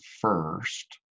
first